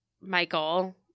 Michael